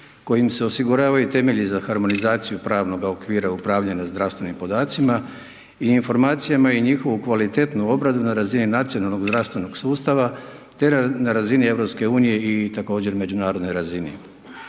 koji se osiguravaju temelji za harmonizaciju pravnoga okvira upravljanja zdravstvenim podacima i informacijama i njihovu kvalitetnu obradu na razini nacionalnog zdravstvenog sustava, te na razini EU i također međunarodnoj razini.